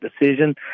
decision